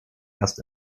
erst